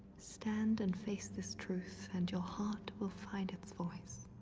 stand and face this truth and your heart will find its voice.